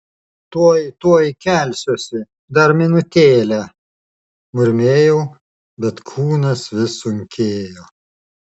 tuoj tuoj kelsiuosi dar minutėlę murmėjau bet kūnas vis sunkėjo